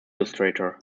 illustrator